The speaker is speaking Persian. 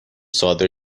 صادر